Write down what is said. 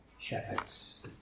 Shepherds